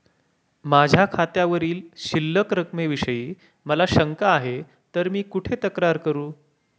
माझ्या खात्यावरील शिल्लक रकमेविषयी मला शंका आहे तर मी कुठे तक्रार करू?